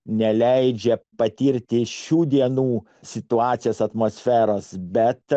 neleidžia patirti šių dienų situacijos atmosferos bet